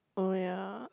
oh ya